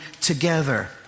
together